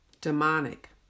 Demonic